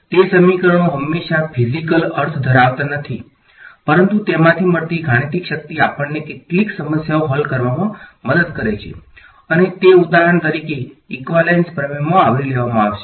તે સમીકરણો હંમેશા ફીઝીકલ અર્થ ધરાવતા નથી પરંતુ તેમાંથી મળતી ગાણિતિક શક્તિ આપણને કેટલીક સમસ્યાઓ હલ કરવામાં મદદ કરે છે અને તે ઉદાહરણ તરીકે ઈક્વાલેન્સ પ્રમેયમાં આવરી લેવામાં આવશે